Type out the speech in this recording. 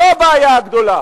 זאת הבעיה הגדולה.